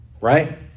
right